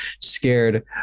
scared